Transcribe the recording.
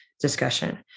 discussion